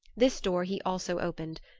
this door he also opened,